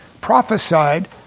prophesied